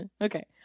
Okay